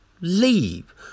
Leave